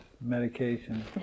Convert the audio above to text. Medication